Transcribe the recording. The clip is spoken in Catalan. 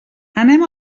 anem